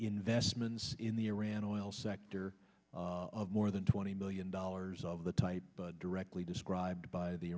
investments in the iran oil sector of more than twenty million dollars of the type directly described by the